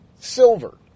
silver